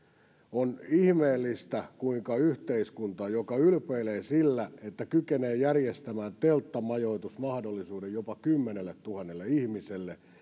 on ihmeellistä kuinka yhteiskunta joka ylpeilee sillä että kykenee järjestämään telttamajoitusmahdollisuuden jopa kymmenelletuhannelle ihmiselle